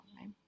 right